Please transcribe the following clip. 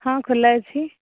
ହଁ ଖୋଲା ଅଛି